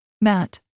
Matt